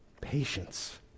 Patience